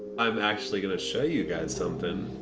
i'm actually gonna show you guys something.